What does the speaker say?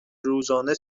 روزانه